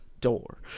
door